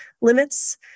limits